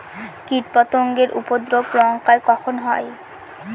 কীটপতেঙ্গর উপদ্রব লঙ্কায় কখন হয়?